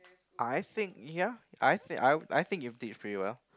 I think ya I think I I think you did pretty well